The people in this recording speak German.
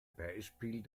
beispiel